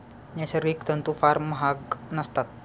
नैसर्गिक तंतू फार महाग नसतात